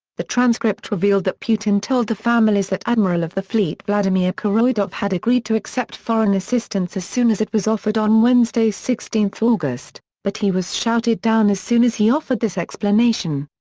the transcript revealed that putin told the families that admiral of the fleet vladimir kuroyedov had agreed to accept foreign assistance as soon as it was offered on wednesday, sixteen august, but he was shouted down as soon as he offered this explanation.